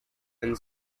and